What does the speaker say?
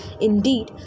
Indeed